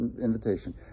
invitation